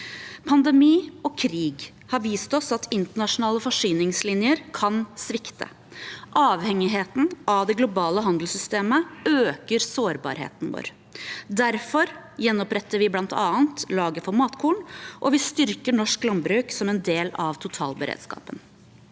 Pandemi og krig har vist oss at internasjonale forsyningslinjer kan svikte. Avhengigheten av det globale handelssystemet øker sårbarheten vår. Derfor gjenoppretter vi bl.a. lagre for matkorn, og vi styrker norsk landbruk som en del av totalberedskapen.